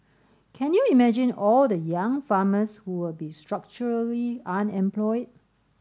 can you imagine all the young farmers who will be structurally unemployed